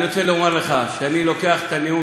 אני רוצה לומר לך שאני לוקח את הנאום